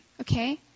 okay